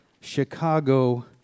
Chicago